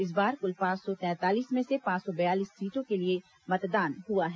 इस बार कुल पांच सौ तैंतालीस में से पांच सौ बयालीस सीटों के लिए मतदान हुआ है